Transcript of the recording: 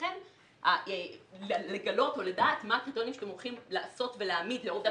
לכן לגלות או לדעת מה הקריטריונים שאתם הולכים לעשות ולהעמיד והעובדה